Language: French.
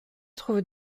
trouvent